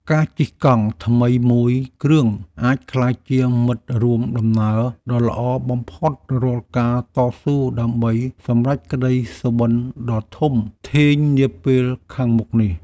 ការជិះកង់ថ្មីមួយគ្រឿងអាចក្លាយជាមិត្តរួមដំណើរដ៏ល្អបំផុតរាល់ការតស៊ូដើម្បីសម្រេចក្ដីសុបិនដ៏ធំធេងនាពេលខាងមុខនេះ។